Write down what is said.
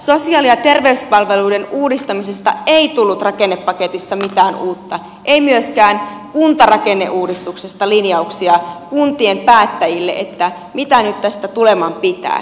sosiaali ja terveyspalveluiden uudistamisesta ei tullut rakennepaketissa mitään uutta ei myöskään kuntarakenneuudistuksesta linjauksia kuntien päättäjille että mitä nyt tästä tuleman pitää